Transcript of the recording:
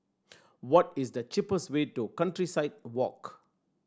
what is the cheapest way to Countryside Walk